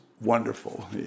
wonderful